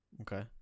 Okay